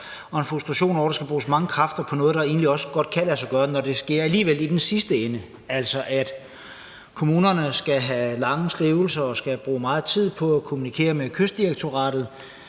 og en frustration over, at der skal bruges mange kræfter på noget, der egentlig også godt kan lade sig gøre, når det i den sidste ende alligevel sker. Altså, kommunerne skal selv have lange skrivelser og skal bruge meget tid på at kommunikere med Kystdirektoratet,